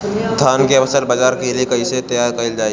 धान के फसल बाजार के लिए कईसे तैयार कइल जाए?